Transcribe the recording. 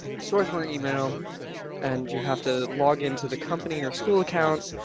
swarthmore email and you have to log into the company or school account.